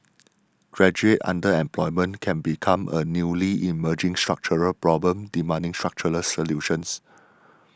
graduate underemployment can become a newly emerging structural problem demanding structural solutions